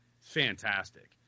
Fantastic